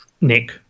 Nick